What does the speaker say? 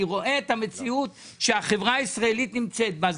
אני רואה את המציאות שהחברה הישראלית נמצאת בה.